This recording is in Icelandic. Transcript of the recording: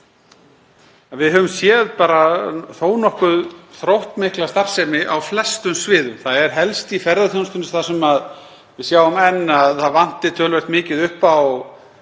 við höfum séð þó nokkuð þróttmikla starfsemi á flestum sviðum. Það er helst í ferðaþjónustunni sem við sjáum enn að það vanti töluvert mikið upp á